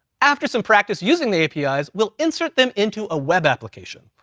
after some practice using the apis, we'll insert them into a web application.